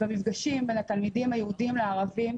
במפגשים בין התלמידים היהודים לערבים,